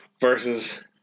versus